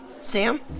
Sam